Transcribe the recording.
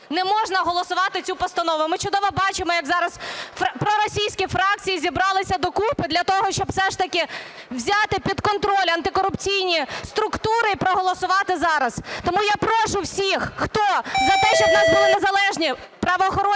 Не можна голосувати цю постанову. Ми чудово бачимо як зараз проросійські фракції зібралися докупи для того, щоб все ж таки взяти під контроль антикорупційні структури і проголосувати зараз. Тому я прошу всіх, хто за те, щоб в нас були незалежні правоохоронні